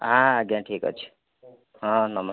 ହଁ ଆଜ୍ଞା ଠିକ୍ ଅଛି ହଁ ନମସ୍ତେ